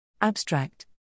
Abstract